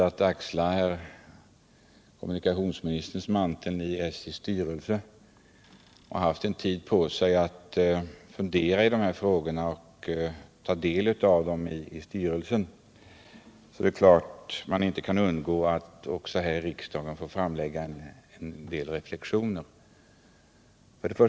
— att axla den nuvarande kommunikationsministerns mantel i SJ:s styrelse och haft viss tid på mig att i styrelsen ta del av dessa frågor och fundera över dem. Jag kan därför inte underlåta att nu i riksdagen framför en del reflexioner.